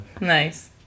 Nice